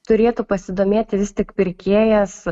turėtų pasidomėti vis tik pirkėjas